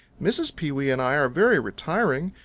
mrs. pewee and i are very retiring.